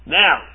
now